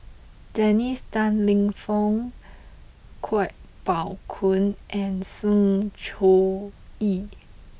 Dennis Tan Lip Fong Kuo Pao Kun and Sng Choon Yee